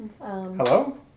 hello